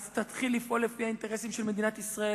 אז תתחיל לפעול לפי האינטרסים של מדינת ישראל